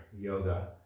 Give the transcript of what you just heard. yoga